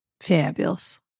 Fabulous